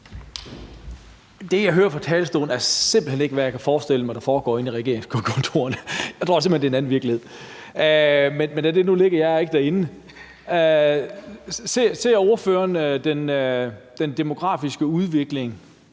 Det, jeg hører fra talerstolen, er simpelt hen ikke, hvad jeg kan forestille mig at der foregår inde i regeringskontorerne. Jeg tror simpelt hen, det er en anden virkelighed. Men lad det nu ligge. Jeg er ikke derinde. Ser ordføreren den demografiske udvikling